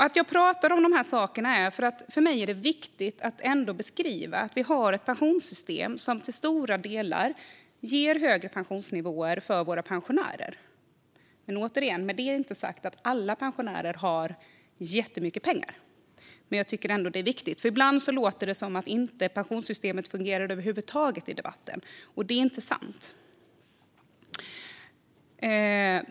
Att jag pratar om dessa saker beror på att det för mig är viktigt att beskriva att vi har ett pensionssystem som till stora delar ger högre pensionsnivåer för våra pensionärer. Men återigen: Därmed inte sagt att alla pensionärer har jättemycket pengar. Men jag tycker att det är viktigt, för ibland låter det i debatten som att pensionssystemet inte fungerar över huvud taget, vilket inte är sant.